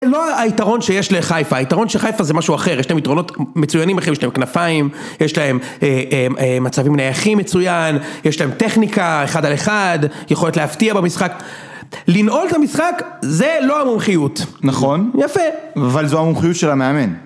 זה לא היתרון שיש לחיפה, היתרון של חיפה זה משהו אחר, יש להם יתרונות מצוינים אחרים, יש להם כנפיים, יש להם מצבים נייחים הכי מצוין, יש להם טכניקה אחד על אחד, יכולת להפתיע במשחק, לנעול את המשחק זה לא המומחיות. נכון. יפה. אבל זו המומחיות של המאמן.